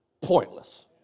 pointless